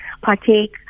partake